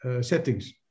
settings